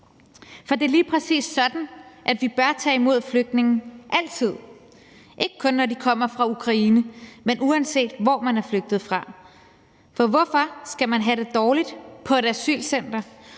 for det er lige præcis sådan, vi altid bør tage imod flygtninge, ikke kun når de kommer fra Ukraine, men uanset hvor de er flygtet fra. For hvorfor skal man have det dårligt på et asylcenter